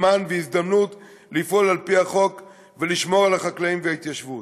זמן והזדמנות לפעול על-פי החוק ולשמור על החקלאים וההתיישבות.